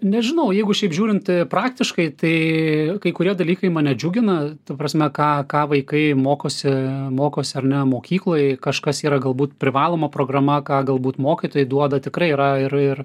nežinau jeigu šiaip žiūrint praktiškai tai kai kurie dalykai mane džiugina ta prasme ką ką vaikai mokosi mokosi ar ne mokykloj kažkas yra galbūt privaloma programa ką galbūt mokytojai duoda tikrai yra ir ir